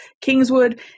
Kingswood